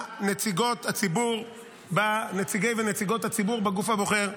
נציגות הציבור, נציגי ונציגות הציבור בגוף הבוחר,